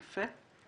יפה.